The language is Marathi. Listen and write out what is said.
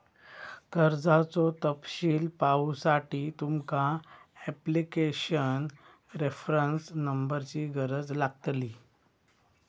कर्जाचो तपशील पाहुसाठी तुमका ॲप्लीकेशन रेफरंस नंबरची गरज लागतली